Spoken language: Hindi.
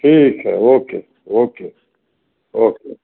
ठीक है ओके ओके ओके